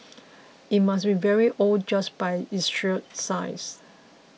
it must be very old just by its sheer size